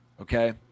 okay